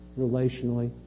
relationally